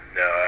no